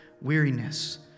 weariness